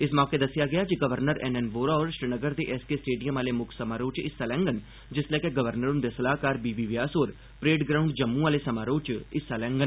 इस मौके दस्सेआ गेआ जे गवर्नर एन एन वोहरा होर श्रीनगर दे एस के स्टेडियम आह्ले मुक्ख समारोह च हिस्सा लैङन जिसलै के गवर्नर हुंदे सलाह्कार बी बी व्यास होर परेड ग्राउंड जम्मू आहले समारोह च हिस्सा लैङन